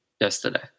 yesterday